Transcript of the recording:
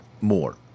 more